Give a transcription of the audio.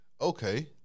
okay